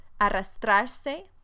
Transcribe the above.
Arrastrarse